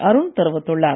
அருண் தெரிவித்துள்ளார்